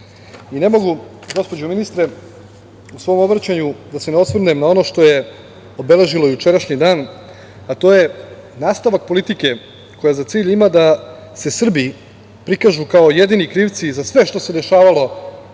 mogu, gospođo ministre, u svom obraćanju da se ne osvrnem na ono što je obeležilo jučerašnji dan, a to je nastavak politike koja za cilj ima da se Srbi prikažu kao jedini krivci za sve što se dešavalo na